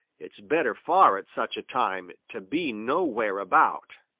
it's better far at such a time to be nowhere about.